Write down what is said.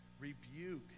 rebuke